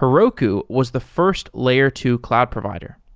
heroku was the first layer two cloud provider.